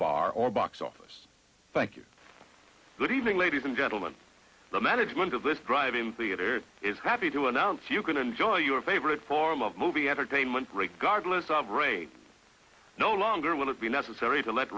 bar or box office thank you good evening ladies and gentlemen the management of this drive in theater is happy to announce you can enjoy your favorite form of movie entertainment regardless of read no longer will it be necessary to let